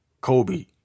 kobe